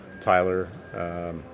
Tyler